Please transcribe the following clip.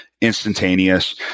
instantaneous